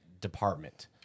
department